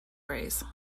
rays